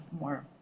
more